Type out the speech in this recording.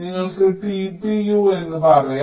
നിങ്ങൾക്ക് tpU എന്ന് പറയാം